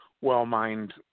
well-mined